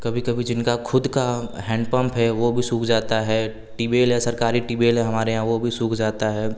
कभी कभी जिनका खुद का हैंड पंप है वह भी सूख जाता है टिबियल है सरकारी टिबियल हमारे यहाँ वह भी सूख जाता है